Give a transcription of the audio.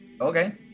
Okay